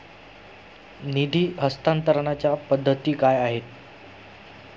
निधी हस्तांतरणाच्या पद्धती काय आहेत?